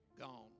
gone